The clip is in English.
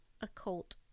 occult